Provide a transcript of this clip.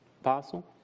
Apostle